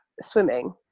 swimming